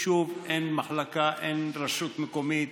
אין יישוב, אין מחלקה, אין רשות מקומית